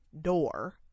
door